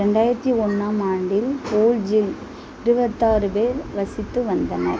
ரெண்டாயிரத்தி ஒன்றாம் ஆண்டில் போல்ஜில் இருபத்தாறு பேர் வசித்து வந்தனர்